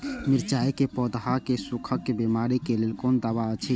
मिरचाई के पौधा के सुखक बिमारी के लेल कोन दवा अछि?